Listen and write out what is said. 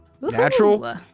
Natural